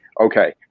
okay